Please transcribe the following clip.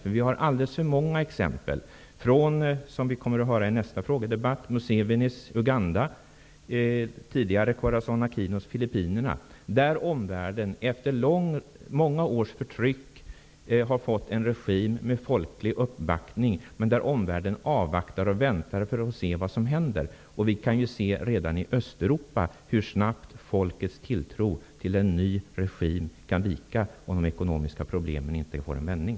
Vi har nämligen alldeles för många exempel från, som vi kommer att få höra i nästa frågedebatt, Musevenis Uganda och Corason Aquinos Filippinerna, där omvärlden efter många års förtryck har fått en regim med folklig uppbackning, men där omvärlden avvaktar för att se vad som händer. Vi kan redan i Östeuropa se hur snabbt folkets tilltro till en ny regim kan vika om de ekonomiska problemen inte får en vändning.